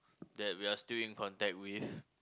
that we are still in contact with